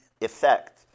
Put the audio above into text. effect